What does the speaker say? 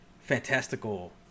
fantastical